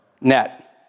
Net